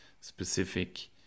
specific